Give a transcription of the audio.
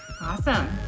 Awesome